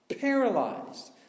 Paralyzed